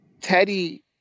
Teddy